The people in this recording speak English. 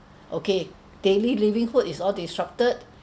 okay daily livelihood it's all disrupted